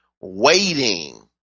waiting